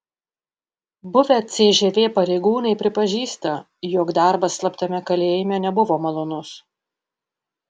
buvę cžv pareigūnai pripažįsta jog darbas slaptame kalėjime nebuvo malonus